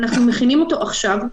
אנחנו מכינים אותו עכשיו,